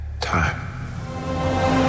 Time